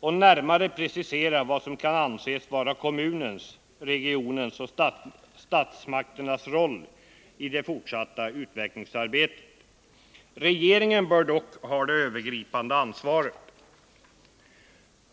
och närmare precisera vad som kan anses vara kommunens, regionens och statsmakternas roll i det fortsatta utvecklingsarbetet. Regeringen bör dock ha det övergripande ansvaret.